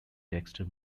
dexter